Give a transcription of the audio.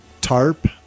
tarp